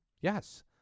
Yes